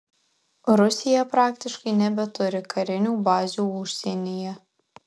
rusija praktiškai nebeturi karinių bazių užsienyje